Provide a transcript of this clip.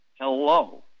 hello